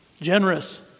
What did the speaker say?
generous